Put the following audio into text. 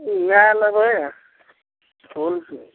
लै लेबै फूल